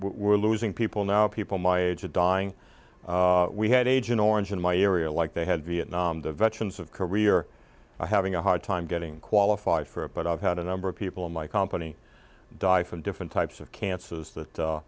we're losing people now people my age are dying we had agent orange in my area like they had vietnam veterans of career having a hard time getting qualified for it but i've had a number of people in my company die from different types of cancers that